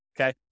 okay